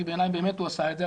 כי בעיניי באמת הוא עשה את זה,